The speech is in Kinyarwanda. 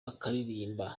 akaririmba